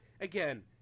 Again